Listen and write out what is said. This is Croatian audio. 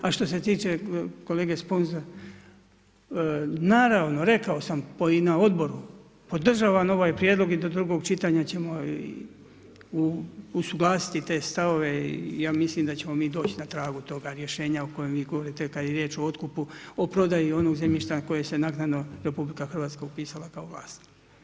A što se tiče kolege Sponza, naravno, rekao sam i na odboru, podržavam ovaj prijedlog i do drugog čitanja ćemo usuglasiti te stavove i ja mislim da ćemo mi doći na tragu toga rješenja o kojem vi govorite, kada je riječ o otkupu, o prodaju onog zemljišta na koji se naknadno RH upisala kao vlasnik.